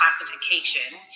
classification